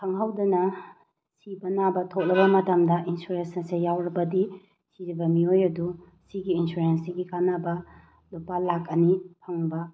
ꯈꯪꯍꯧꯗꯅ ꯁꯤꯕ ꯅꯥꯕ ꯊꯣꯛꯂꯕ ꯃꯇꯝꯗ ꯏꯟꯁꯨꯔꯦꯟꯁ ꯑꯁꯦ ꯌꯥꯎꯔꯕꯗꯤ ꯁꯤꯔꯤꯕ ꯃꯤꯑꯣꯏ ꯑꯗꯨ ꯁꯤꯒꯤ ꯏꯟꯁꯨꯔꯦꯟꯁ ꯁꯤꯒꯤ ꯀꯥꯟꯅꯕ ꯂꯨꯄꯥ ꯂꯥꯛ ꯑꯅꯤ ꯐꯪꯕ